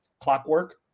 Clockwork